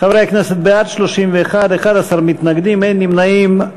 חברי הכנסת, בעד, 31, נגד, 11, אין נמנעים.